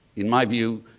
in my view,